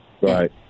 Right